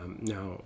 Now